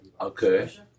Okay